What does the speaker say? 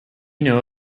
know